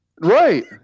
Right